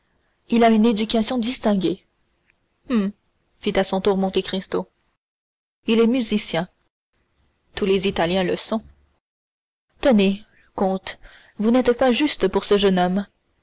il a une éducation distinguée hum fit à son tour monte cristo il est musicien tous les italiens le sont tenez comte vous n'êtes pas juste pour ce jeune homme